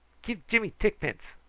give jimmy tickpence.